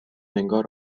انگار